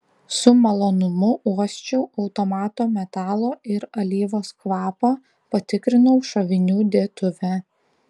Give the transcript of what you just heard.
su malonumu uosčiau automato metalo ir alyvos kvapą patikrinau šovinių dėtuvę